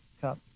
cup